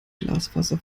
glasfaser